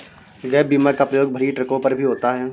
gap बीमा का प्रयोग भरी ट्रकों पर भी होता है